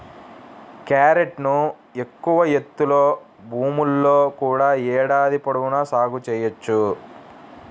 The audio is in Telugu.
క్యారెట్ను ఎక్కువ ఎత్తులో భూముల్లో కూడా ఏడాది పొడవునా సాగు చేయవచ్చు